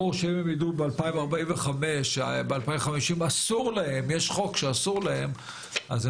ברור שאם הם ידעו ב-2045 שיש חוק שאסור להם ב-2050,